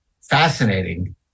Fascinating